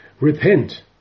Repent